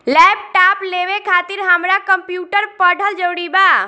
Laptop लेवे खातिर हमरा कम्प्युटर पढ़ल जरूरी बा?